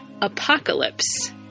apocalypse